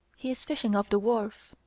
he is fishing off the wharf.